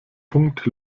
punkt